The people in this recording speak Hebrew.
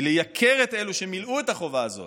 היא לייקר את אלו שמילאו את החובה הזאת.